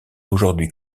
aujourd’hui